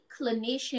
clinician